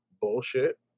bullshit